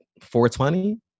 420